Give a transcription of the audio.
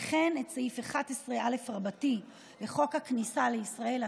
וכן את סעיף 11א לחוק הכניסה לישראל,